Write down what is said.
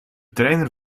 trainer